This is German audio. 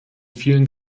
vielen